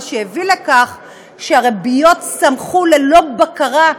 מה שהביא לכך שהריביות על המשכנתאות שלנו צמחו ללא בקרה,